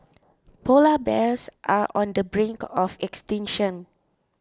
Polar Bears are on the brink of extinction